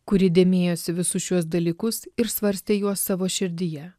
kuri dėmėjosi visus šiuos dalykus ir svarstė juos savo širdyje